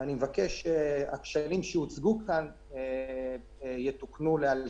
אני מבקש שהכשלים שהוצגו כאן יתוקנו לאלתר.